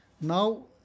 Now